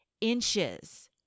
inches